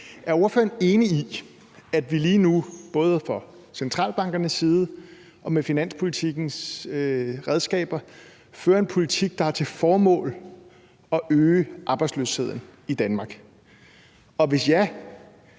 Er ordføreren enig i, at vi lige nu, både fra centralbankernes side og med finanspolitikkens redskaber, fører en politik, der har til formål at øge arbejdsløsheden i Danmark? Og hvis ja,